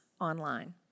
online